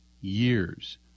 years